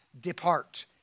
depart